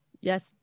Yes